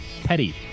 petty